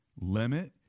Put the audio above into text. Limit